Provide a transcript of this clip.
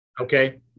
Okay